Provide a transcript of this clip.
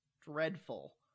dreadful